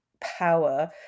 power